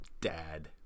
dad